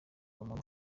umuntu